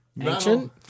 ancient